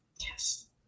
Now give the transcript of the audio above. Yes